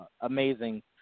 amazing